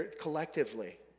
collectively